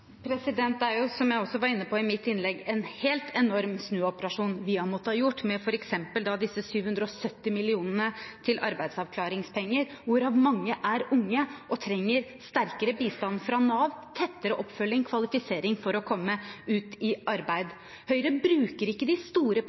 Det er, som jeg også var inne på i mitt innlegg, en helt enorm snuoperasjon vi har måttet gjøre med f.eks. disse 770 mill. kr til arbeidsavklaringspenger, hvorav mange av dem det gjelder, er unge og trenger sterkere bistand fra Nav, tettere oppfølging og kvalifisering for å komme ut i arbeid. Høyre bruker ikke de store